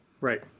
right